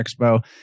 Expo